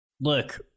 Look